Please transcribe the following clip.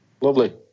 Lovely